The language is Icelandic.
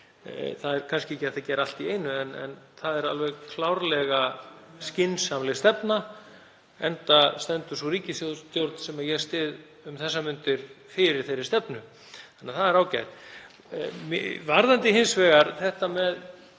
Það er kannski ekki hægt að gera allt í einu en það er alveg klárlega skynsamleg stefna, enda stendur sú ríkisstjórn sem ég styð um þessar mundir fyrir þeirri stefnu. Þannig að það er ágætt. Varðandi hins vegar það